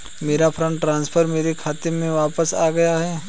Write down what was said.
मेरा fund transfer मेरे खाते में वापस आ गया है